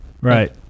Right